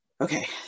Okay